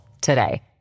today